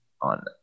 on